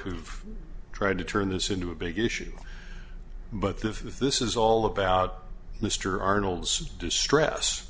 who tried to turn this into a big issue but the this is all about mr arnold's distress